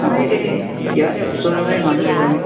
মই এই ইয়াৰে ওচৰৰে মানুহ এজনে